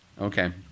Okay